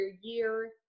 year